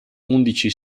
undici